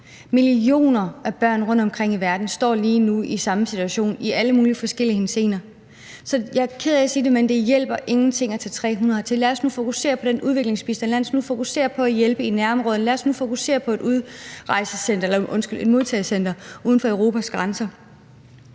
Millioner af børn rundtomkring i verden står lige nu i samme situation i alle mulige forskellige henseender. Så jeg er ked af at sige det, men det hjælper ingenting at tage 300 børn hertil. Lad os nu fokusere på den udviklingsbistand, lad os nu fokusere på at hjælpe i nærområderne, lad os nu fokusere på et modtagecenter uden for Europas grænser.